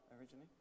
originally